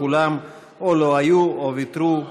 כולם או לא היו או ויתרו.